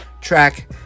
track